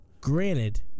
Granted